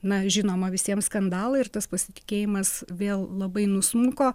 na žinoma visiems skandalai ir tas pasitikėjimas vėl labai nusmuko